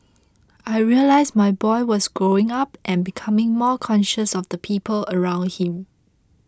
I realised my boy was growing up and becoming more conscious of the people around him